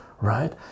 right